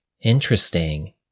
Interesting